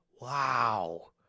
Wow